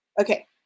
Okay